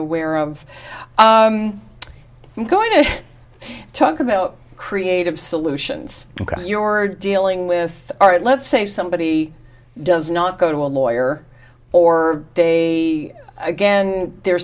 aware of i'm going to talk about creative solutions you are dealing with all right let's say somebody does not go to a lawyer or they again the